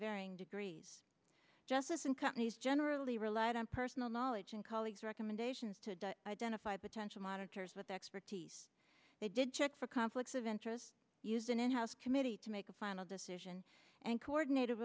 varying degrees justice and companies generally relied on personal knowledge and colleagues recommendations to identify potential monitors with expertise they did check for conflicts of interest use an in house committee to make a final decision and coordinated